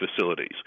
facilities